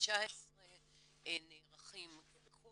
2019 נערכים כל